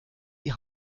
die